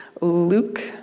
Luke